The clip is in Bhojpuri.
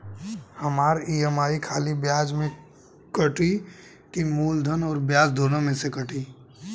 हमार ई.एम.आई खाली ब्याज में कती की मूलधन अउर ब्याज दोनों में से कटी?